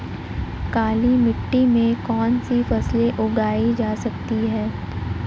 काली मिट्टी में कौनसी फसलें उगाई जा सकती हैं?